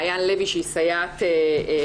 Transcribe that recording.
מעיין לוי שהיא סייעת משלבת,